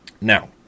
Now